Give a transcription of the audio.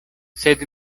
sed